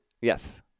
Yes